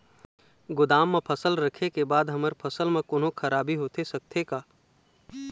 गोदाम मा फसल रखें के बाद हमर फसल मा कोन्हों खराबी होथे सकथे का?